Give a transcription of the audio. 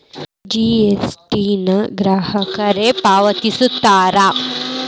GST ನ ಗ್ರಾಹಕರೇ ಪಾವತಿಸ್ತಾರಾ